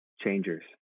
changers